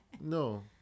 no